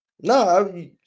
No